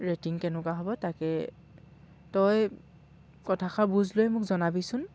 rating কেনেকুৱা হ'ব তাকে তই কথাষাৰ বুজ লৈ মোক জনাবিচোন